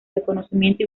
reconocimiento